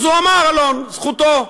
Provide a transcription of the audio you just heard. אז הוא אמר, אלון, זכותו.